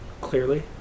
clearly